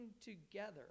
together